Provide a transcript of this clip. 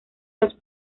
los